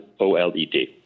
OLED